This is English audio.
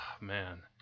man